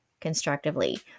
constructively